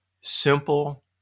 simple